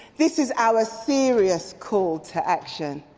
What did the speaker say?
this is our serious call to action.